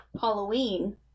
Halloween